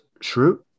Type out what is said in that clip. Shrew